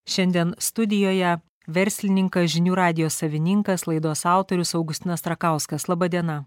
šiandien studijoje verslininkas žinių radijo savininkas laidos autorius augustinas rakauskas laba diena